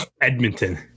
Edmonton